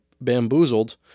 bamboozled